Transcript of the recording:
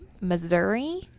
Missouri